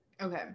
Okay